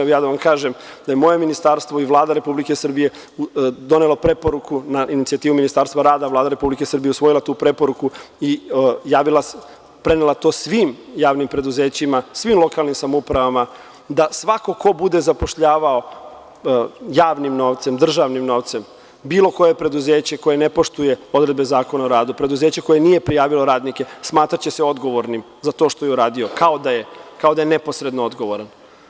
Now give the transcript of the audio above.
Ja da vam kažem da je moje ministarstvo i Vlada Republike Srbije donelo preporuku na inicijativu Ministarstva rada, Vlada Republike Srbije usvojila tu preporuku i prenela to svim javnim preduzećima, svim lokalnim samoupravama da svako ko bude zapošljavao javnim novcem, državnim novcem, bilo koje preduzeće koje ne poštuje odredbe Zakona o radu, preduzeće koje nije prijavilo radnike smatraće se odgovornim za to što je uradio, kao da je neposredno odgovoran.